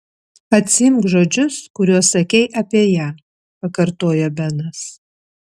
atsiimk žodžius kuriuos sakei apie ją pakartojo benas